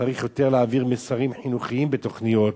צריך יותר להעביר מסרים חינוכיים בתוכניות,